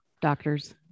doctors